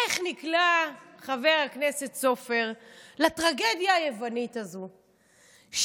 איך נקלע חבר הכנסת סופר לטרגדיה היוונית הזאת,